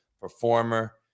performer